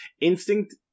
instinct